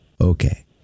Okay